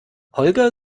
holger